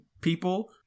people